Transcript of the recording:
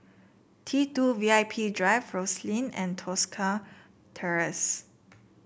T two V I P Drive Rosyth and Tosca Terrace